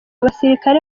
abasirikare